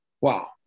Wow